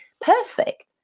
perfect